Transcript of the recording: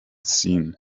seen